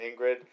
Ingrid